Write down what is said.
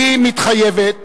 "אני מתחייבת